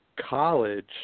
college